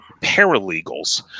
paralegals